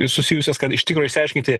susijusias kad iš tikro išsiaiškinti